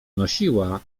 nosiła